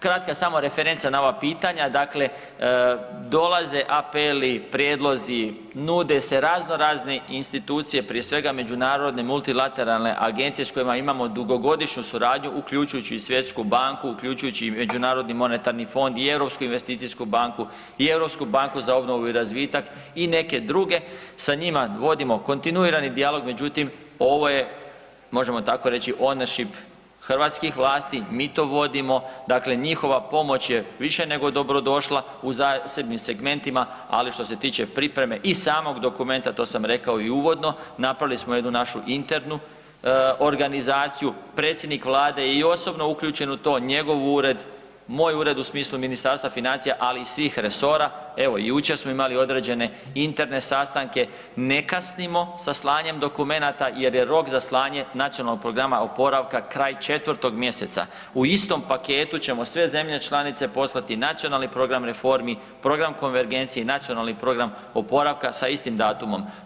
Kratka samo referenca na ova pitanja, dakle dolaze apeli, prijedlozi, nude se raznorazne institucije prije svega međunarodne multilateralne agencije s kojima imamo dugogodišnju suradnju uključujući i Svjetsku banku, uključujući i MMF i Europsku investicijsku banku i Europsku banku za obnovu i razvitak i neke druge, sa njima vodimo kontinuirani dijalog međutim ovo je možemo tako reći ownership hrvatskih vlati, mi to vodimo, dakle njihova pomoć je više nego dobrodošla, u zasebnim segmentima ali što se tiče pripreme i samog dokumenta, to sam rekao i uvodno, napravili smo jednu našu internu organizaciju, predsjednik Vlade je i osobno uključen u to, njegov ured, moj ured u smislu Ministarstva financija ali i svih resora, evo i jučer smo imali određene interne sastanke, ne kasnimo sa slanjem dokumenata jer je rok za slanje nacionalnog programa oporavak kraj 4. mj., u istom paketu ćemo sve zemlje članice poslati nacionalni program reformi, program konvergencije i nacionalni program oporavka sa istim datumom.